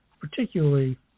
particularly